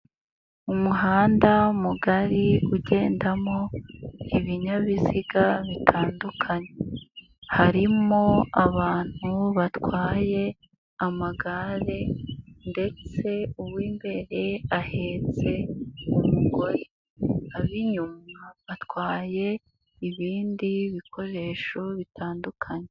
Umuhanda mugari ugendamo ibinyabiziga bitandukanye, harimo abantu batwaye amagare ndetse uw'imbere ahetse umugore, ab'inyuma atwaye ibindi bikoresho bitandukanye.